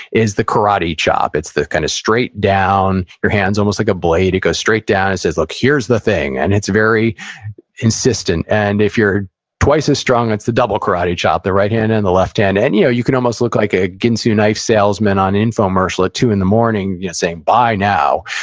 is the karate chop. it's the kind of straight down, your hand's almost like a blade. it goes straight down and says, look, here's the thing, and it's very insistent. and if you're twice as strong, it's the double karate chop. the right hand and the left hand and you know you can almost look like a ginsu knife salesman on infomercial, at two in the morning, saying, buy now,